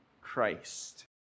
Christ